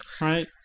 right